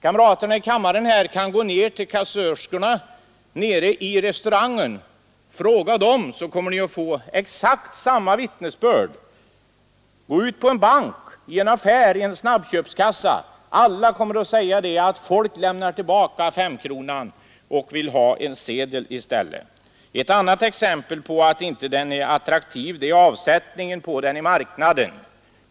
Kamraterna här i kammaren kan gå ner till kassörskorna i restaurangen och fråga dem. Ni kommer att få exakt samma vittnesbörd. Gå till en bank eller till en snabbköpskassa! Alla kommer att säga att folk lämnar tillbaka femkronan och vill ha en sedel i stället. Ett annat exempel på att femkronan inte är attraktiv är omsättningen på den i marknaden.